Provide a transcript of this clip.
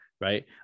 right